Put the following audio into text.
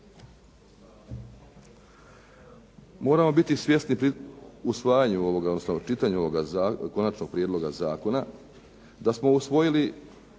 usvajanju odnosno čitanju ovoga Konačnog prijedloga zakona da smo usvojili